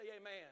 Amen